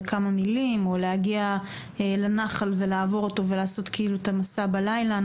כמה מילים או להגיע לנחל ולעבור אותו ולעשות כאילו את המסע בלילה.